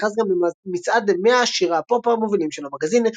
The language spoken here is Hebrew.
ונכנס גם למצעד 100 שירי הפופ המובילים של המגזין,